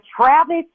Travis